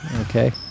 Okay